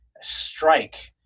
strike